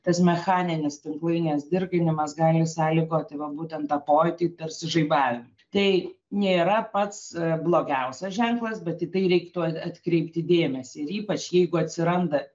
tas mechaninis tinklainės dirginimas gali sąlygoti va būtent tą pojūtį tarsi žaibavimo tai nėra pats blogiausias ženklas bet į tai reiktų atkreipti dėmesį ypač jeigu atsiranda